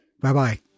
Bye-bye